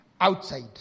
outside